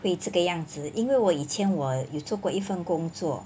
会这个样子因为我以前我有做过一份工作